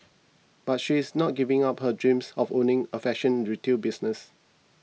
but she is not giving up her dreams of owning a fashion retail business